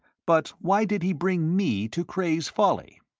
but why did he bring me to cray's folly?